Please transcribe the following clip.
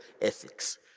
ethics